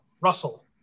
Russell